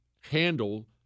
handle